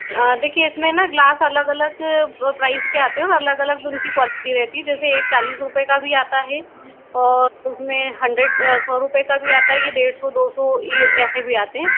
देखिए इसमें न ग्लास अलग अलग प्राइज़ के आते है अलग अलग उनकी क्वालिटी रहती है जैसे एक चालीस रूपए का भी आता है और उसमें हंड्रेड सौ रूपए का भी आता है ये डेढ़ सौ दो सौ ऐसे भी आते हैं